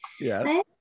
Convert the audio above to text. Yes